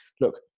look